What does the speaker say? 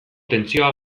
tentsioa